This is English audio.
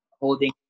holding